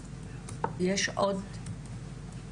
יש עוד מי שרוצה לדבר?